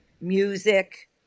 music